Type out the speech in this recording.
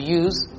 use